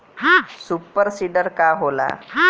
Super seeder का होला?